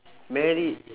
married